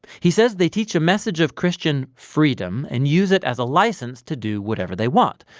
he says they teach a message of christian freedom and use it as a license to do whatever they want.